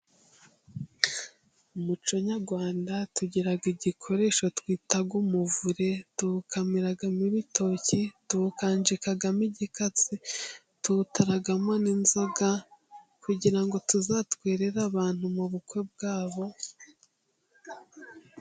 Mu muco nyarwanda tugiraga igikoresho twita umuvure tuwukamiramo urutoki tuwukanjikamo igikatsi tuwutaramo n'inzoga kugira ngo tuzatwerere abantu mu bukwe bwabo.